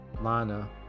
Lana